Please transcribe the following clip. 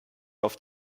auf